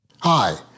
Hi